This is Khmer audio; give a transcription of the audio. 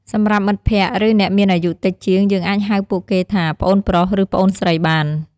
សម្រាប់មិត្តភក្កិ ឬ អ្នកមានអាយុតិចជាង យើងអាចហៅពួកគេថា ប្អូនប្រុស ឬ ប្អូនស្រី បាន។